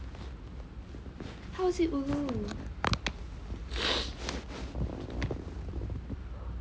how is it ulu